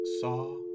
saw